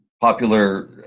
popular